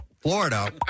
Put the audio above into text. florida